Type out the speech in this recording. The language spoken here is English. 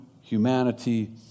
humanity